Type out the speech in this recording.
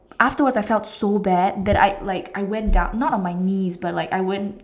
afterwards I felt so bad that I like I went down not on my knees but like I went